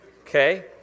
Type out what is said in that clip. Okay